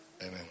Amen